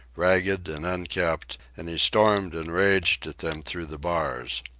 ragged and unkempt and he stormed and raged at them through the bars.